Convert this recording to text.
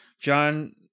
John